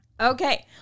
Okay